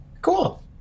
Cool